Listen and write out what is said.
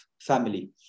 family